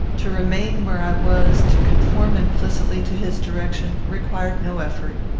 to remain where i was, to conform implicitly to his direction, required no effort.